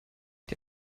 die